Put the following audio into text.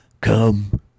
Come